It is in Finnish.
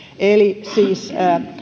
eli siis